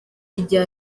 igihe